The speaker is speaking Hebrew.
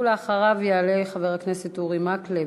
ואחריו יעלה חבר הכנסת אורי מקלב.